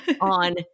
on